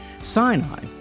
Sinai